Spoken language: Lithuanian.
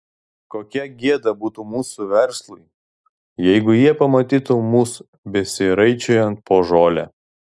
kokia gėda būtų mūsų verslui jeigu jie pamatytų mus besiraičiojant po žolę